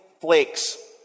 flakes